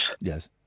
Yes